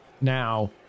now